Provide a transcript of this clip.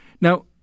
Now